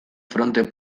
fronte